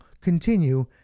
continue